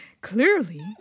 Clearly